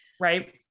right